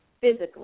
physically